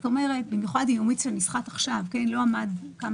במיוחד אם הוא מיץ שנסחט עכשיו ולא עמד כמה זמן.